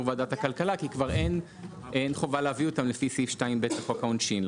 ועדת הכלכלה כי כבר אין חובה להביאם לפי סעיף 2ב לחוק העונשין.